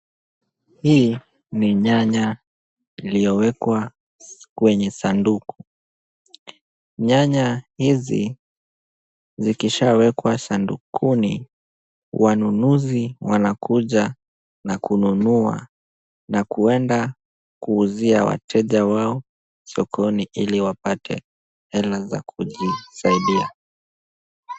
Hii ni nyanya iliyowekwa kwenye sanduku, nyanya hizi zikishawekwa sandukuni wanunuzi wanakuja na kununua na kuenda kuuzia wateja wao sokoni ili wapate hela za kujisaidia.